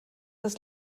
das